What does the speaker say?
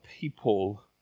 people